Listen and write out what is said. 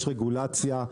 יש רגולציה,